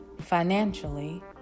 Financially